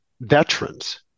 veterans